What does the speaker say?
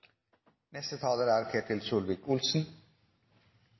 Neste taler er